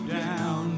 down